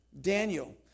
Daniel